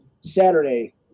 Saturday